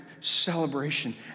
celebration